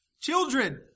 Children